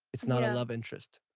it's not a love interest